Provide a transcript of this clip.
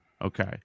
Okay